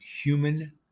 human